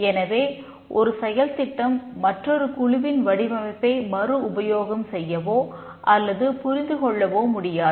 எனவே ஒரு செயல்திட்டம் மற்றொரு குழுவின் வடிவமைப்பை மறு உபயோகம் செய்வோ அல்லது புரிந்து கொள்வோ முடியாது